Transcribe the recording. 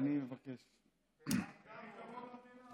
הביא כבוד למדינה.